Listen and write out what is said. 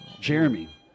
Jeremy